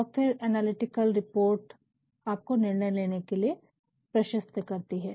और फिर analytical report आपको निर्णय लेने के लिए प्रशस्त करती है